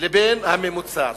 לבין הממוצע.